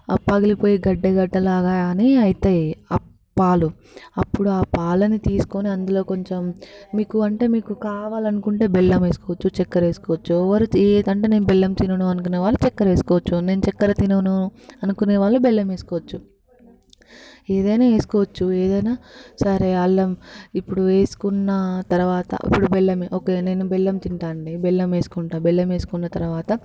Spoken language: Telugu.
ఆ పగిలిపోయే గడ్డ గడ్డ లాగా అని అవుతాయి ఆ పాలు అప్పుడు ఆ పాలని తీసుకొని అందులో కొంచెం మీకు అంటే మీకు కావాలి అనుకుంటే బెల్లం వేసుకోవచ్చు చక్కర వేసుకోవచ్చు ఎవరు ఏంటంటే నేను బెల్లం తినను అనుకునే వాళ్ళు చక్కర వేసుకోవచ్చు నేను చక్కర తినను అనుకునే వాళ్ళు బెల్లం వేసుకోవచ్చు ఏదైనా వేసుకోవచ్చు ఏదైనా సరే అల్లం ఇప్పుడు వేసుకున్న తరువాత ఇప్పుడు బెల్లం ఓకే నేను బెల్లం తింటాను అండి బెల్లం వేసుకుంటాను బెల్లం వేసుకున్న తరువాత